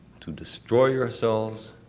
to destroy yourselves.